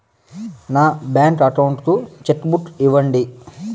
నా bank account కు cheque book ఇవ్వండి